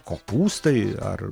kopūstai ar